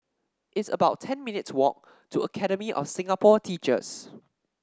it's about ten minutes' walk to Academy of Singapore Teachers